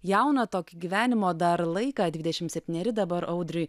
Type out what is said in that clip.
jauna tokį gyvenimo dar laiką dvidešimt septyneri dabar audriui